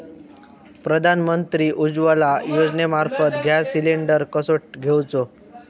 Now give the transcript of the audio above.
प्रधानमंत्री उज्वला योजनेमार्फत gas cylinder कसो घेऊचो?